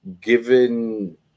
given